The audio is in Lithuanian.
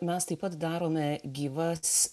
mes taip pat darome gyvas